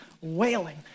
wailing